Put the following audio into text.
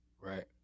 Right